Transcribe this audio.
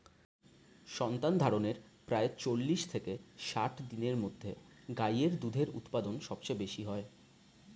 সন্তানধারণের প্রায় চল্লিশ থেকে ষাট দিনের মধ্যে গাই এর দুধের উৎপাদন সবচেয়ে বেশী হয়